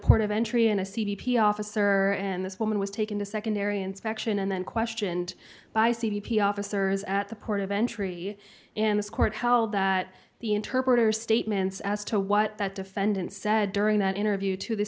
port of entry and a c d p officer and this woman was taken to secondary inspection and then questioned by c b p officers at the port of entry in this court held that the interpreter statements as to what that defendant said during that interview to the